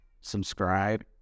subscribe